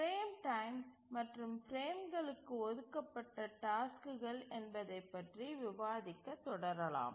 frame time மற்றும் பிரேம்களுக்கு ஒதுக்கப்பட்ட டாஸ்க்குகள் என்பதை பற்றி விவாதிக்க தொடரலாம்